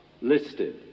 listed